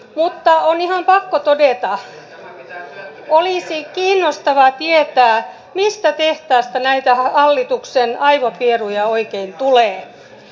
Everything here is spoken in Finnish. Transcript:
mutta on ihan pakko todeta että olisi kiinnostavaa tietää mistä tehtaasta näitä hallituksen aivopieruja oikein tulee